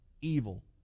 evil